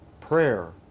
Prayer